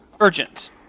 urgent